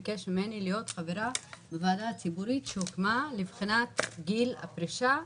ביקש ממני להיות חברה בוועדה ציבורית שהוקמה לבחינת גיל הפרישה.